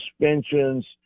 suspensions